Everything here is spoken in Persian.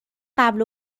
قبل